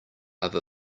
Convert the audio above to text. other